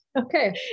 Okay